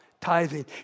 tithing